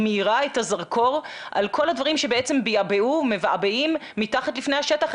היא מאירה את הזרקור על כל הדברים שבעבעו ומבעבעים מתחת לפני השטח,